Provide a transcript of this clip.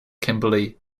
kimberly